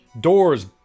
doors